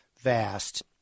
vast